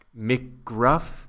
McGruff